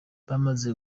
bamaze